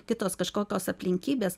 kitos kažkokios aplinkybės